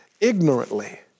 ignorantly